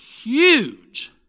huge